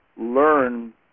learn